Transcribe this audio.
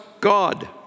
God